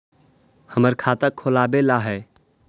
हमरा खाता खोलाबे ला है?